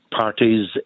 parties